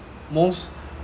most